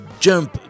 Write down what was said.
Jump